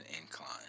incline